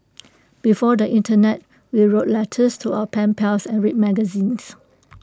before the Internet we wrote letters to our pen pals and read magazines